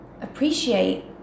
appreciate